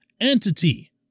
entity